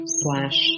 slash